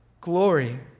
glory